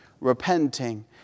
repenting